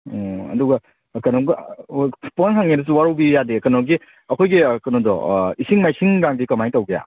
ꯎꯝ ꯑꯗꯨꯒ ꯀꯩꯅꯣꯝꯒ ꯍꯣꯏ ꯄꯨꯡꯍꯪ ꯍꯪꯉꯦꯅꯁꯨ ꯋꯥꯔꯧꯕꯤ ꯌꯥꯗꯦ ꯀꯩꯅꯣꯒꯤ ꯑꯩꯈꯣꯏꯒꯤ ꯀꯩꯅꯣꯗꯣ ꯏꯁꯤꯡ ꯃꯥꯏꯁꯤꯡꯒꯥꯏꯗꯤ ꯀꯃꯥꯏ ꯇꯧꯒꯦ